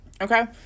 Okay